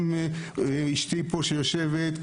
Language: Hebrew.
גם אשתי שיושבת פה,